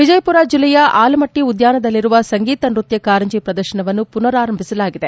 ವಿಜಯಪುರ ಜಿಲ್ಲೆಯ ಆಲಮಟ್ಟಿ ಉದ್ಯಾನದಲ್ಲಿರುವ ಸಂಗೀತ ನೃತ್ಯ ಕಾರಂಜಿ ಪ್ರದರ್ಶನವನ್ನು ಪುನರ್ ಆರಂಭಿಸಲಾಗಿದೆ